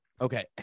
Okay